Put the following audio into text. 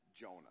Jonah